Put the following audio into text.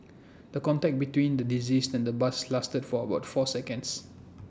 the contact between the deceased and the bus lasted for about four seconds